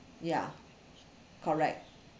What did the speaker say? ya correct